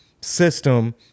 system